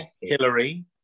Hillary